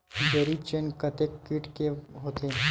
जरीब चेन कतेक फीट के होथे?